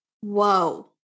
Whoa